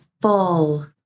full